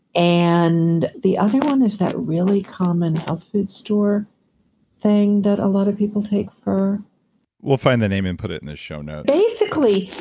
and the other one is that really common health food store thing that a lot of people take for we'll find that name and put it in the show notes basically,